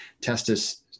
testis